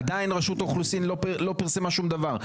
עדיין רשות האוכלוסין לא פרסמה שום דבר.